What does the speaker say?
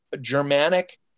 Germanic